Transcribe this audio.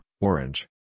Orange